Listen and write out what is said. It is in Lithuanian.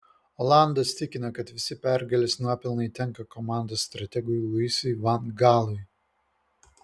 olandas tikino kad visi pergalės nuopelnai tenka komandos strategui luisui van gaalui